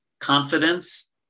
confidence